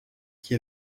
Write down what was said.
qui